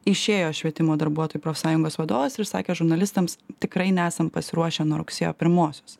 išėjo švietimo darbuotojų profsąjungos vadovas ir sakė žurnalistams tikrai nesam pasiruošę nuo rugsėjo pirmosios